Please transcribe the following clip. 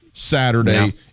Saturday